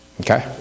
Okay